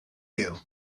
you